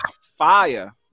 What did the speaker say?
fire